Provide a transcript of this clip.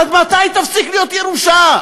עד מתי תפסיק להיות ירושה?